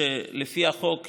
לפי החוק,